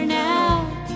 now